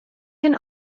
can